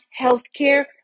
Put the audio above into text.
healthcare